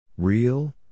Real